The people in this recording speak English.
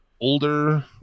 older